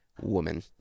woman